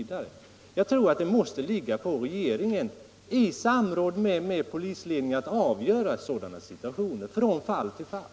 Det måste ligga på regeringen själv att i samråd med polisledningen avgöra sådana situationer från fall till fall.